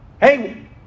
Hey